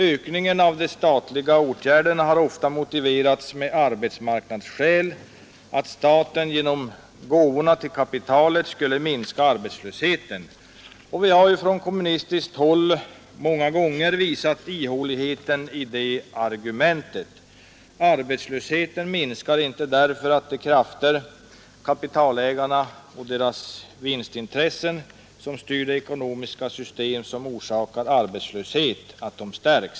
Ökningen av de statliga åtgärderna har ofta motiverats med arbetsmarknadsskäl, att staten genom gåvorna till kapitalet skulle minska arbetslösheten. Vi har från kommunistiskt håll många gånger visat ihåligheten i det argumentet. Arbetslösheten minskar inte därför att kapitalägarnas vinster ökar och därmed de krafter stärks vilka styr det ekonomiska system som orsakar arbetslöshet.